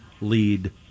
lead